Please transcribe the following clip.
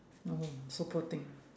oh so poor thing